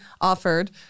offered